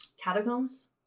catacombs